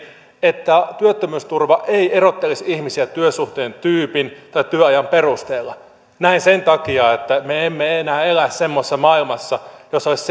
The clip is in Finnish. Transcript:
että työttömyysturva ei erottelisi ihmisiä työsuhteen tyypin tai työajan perusteella näin sen takia että me emme enää elä semmoisessa maailmassa jossa olisi